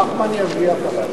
נחמן ישגיח עליו.